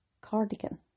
cardigan